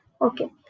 Okay